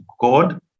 God